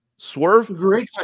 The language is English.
Swerve